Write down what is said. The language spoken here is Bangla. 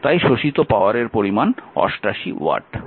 তাই শোষিত পাওয়ারের পরিমান 88 ওয়াট